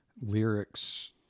lyrics